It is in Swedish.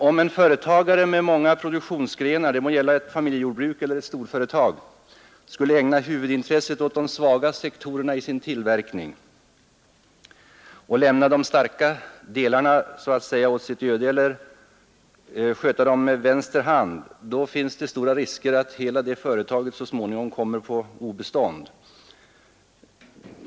Om en företagare med många produktionsgrenar — det må gälla ett familjejordbruk eller ett storföretag — skulle ägna huvudintresset åt de svaga sektorerna i sin tillverkning och lämna de starka delarna så att säga åt sitt öde eller sköta dem med vänster hand, finns stora risker att hela företaget så småningom kommer på obestånd.